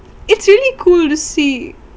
it's really cool to see